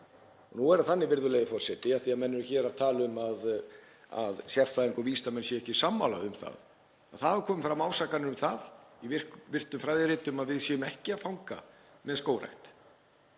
Nú er það þannig, virðulegi forseti — af því að menn eru hér að tala um að sérfræðingar og vísindamenn séu ekki sammála um það — að það hafa komið fram ásakanir um það í virtum fræðiritum að við séum ekki að fanga með skógrækt.